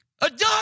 adopt